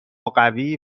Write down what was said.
قوی